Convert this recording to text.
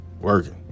working